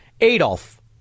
Adolf